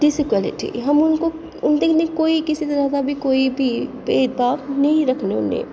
disquality हम उनको अस उं'दे कन्नै कुसै बी तरह दा कोई बी भेदभाव नेईं रक्खने होन्ने